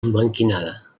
emblanquinada